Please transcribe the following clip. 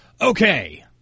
Okay